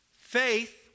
faith